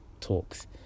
Talks